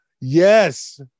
yes